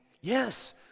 Yes